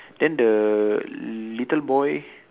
then the little boy